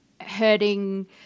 hurting